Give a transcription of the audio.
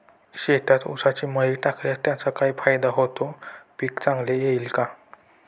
शेतात ऊसाची मळी टाकल्यास त्याचा काय फायदा होतो, पीक चांगले येईल का?